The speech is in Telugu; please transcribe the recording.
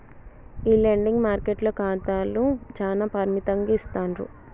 ఈ లెండింగ్ మార్కెట్ల ఖాతాలు చానా పరిమితంగా ఇస్తాండ్రు